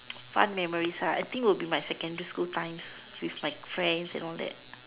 memories I think would be my secondary school times with like friends and all that